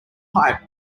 pipe